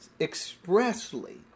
expressly